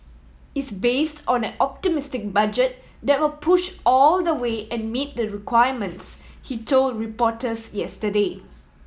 is based on an optimistic budget that will push all the way and meet the requirements he told reporters yesterday